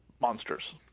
Monsters